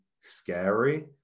scary